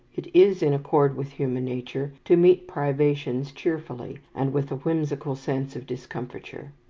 it is in accord with human nature to meet privations cheerfully, and with a whimsical sense of discomfiture.